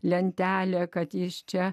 lentelė kad jis čia